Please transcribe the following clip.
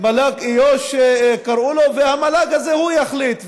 מל"ג איו"ש קראו לו, והמל"ג הזה הוא יחליט.